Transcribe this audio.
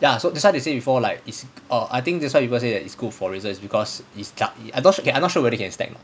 ya so that's why they say before like is err I think that's what people say that it's good for razor is because it's just but I not sure I not sure whether they can stack or not